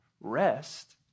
Rest